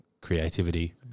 creativity